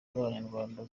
z’abanyarwanda